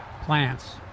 Plants